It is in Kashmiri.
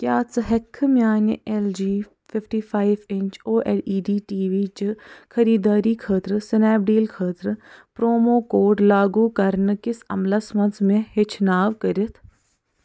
کیٛاہ ژٕ ہؠککھٕ میٛانہِ L G fifty five inch O L E D TV چہ خریٖدٲری خٲطرٕ سِنیپ ڈیٖل خٲطرٕ پرٛومو کوڈ لاگوٗ کَرنہٕ کِس عملس منٛز مےٚ ہیٚچھناو کٔرتھ